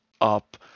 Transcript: up